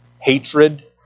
hatred